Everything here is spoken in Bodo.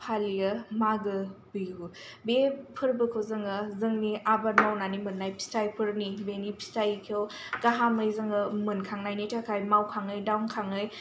फालियो मागो बिहु बे फोरबोखौ जोङो जोंनि आबाद मावनानै मोननाय फिथाइफोरनि बेनि फिथाइखौ गाहामै जोङो मोनखांनायनि थाखाय मावखाङै दांखाङै